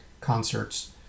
concerts